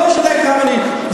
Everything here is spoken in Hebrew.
לא משנה כמה אני,